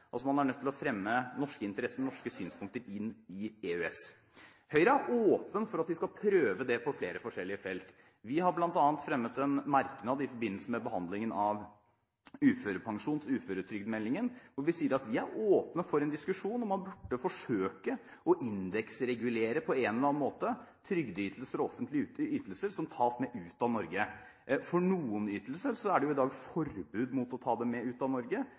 Høyre er åpen for at vi skal prøve det på flere forskjellige felt. Vi har bl.a. fremmet en merknad i forbindelse med behandlingen av uførepensjonsmeldingen, hvor vi sier at vi er åpne for en diskusjon om man burde forsøke å indeksregulere trygdeytelser og offentlige ytelser som tas med ut av Norge, på en eller annen måte. Noen ytelser er det i dag forbud mot å ta med ut av Norge.